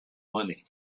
money